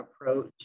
approach